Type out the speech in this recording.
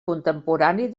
contemporani